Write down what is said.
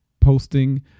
posting